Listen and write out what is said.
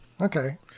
Okay